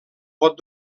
pot